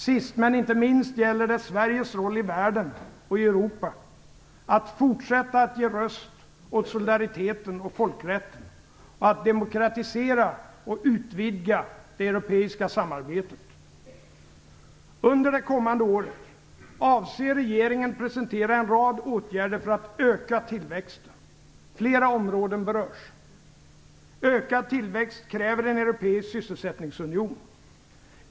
Sist men inte minst gäller det Sveriges roll i världen och i Europa: att fortsätta att ge röst åt solidariteten och folkrätten och att demokratisera och utvidga det europeiska samarbetet. Under det kommande året avser regeringen att presentera en rad åtgärder för att öka tillväxten. Flera områden berörs: Ökad tillväxt kräver en europeisk sysselsättningsunion.